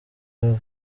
bava